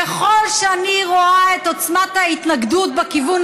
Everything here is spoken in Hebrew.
ככל שאני רואה את עוצמת ההתנגדות בכיוון